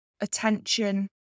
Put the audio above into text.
attention